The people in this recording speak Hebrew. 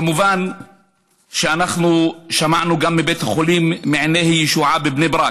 כמובן שאנחנו שמענו גם מבית חולים מעייני הישועה בבני ברק.